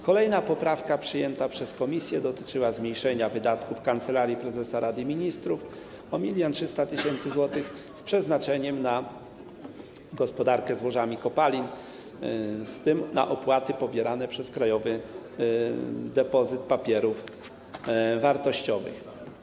Kolejna poprawka przyjęta przez komisję dotyczy zmniejszenia wydatków Kancelarii Prezesa Rady Ministrów o 1300 tys. zł, z przeznaczeniem na gospodarkę złożami kopalin, z tym na opłaty pobierane przez Krajowy Depozyt Papierów Wartościowych.